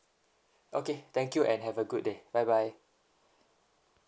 okay thank you and have a good day bye bye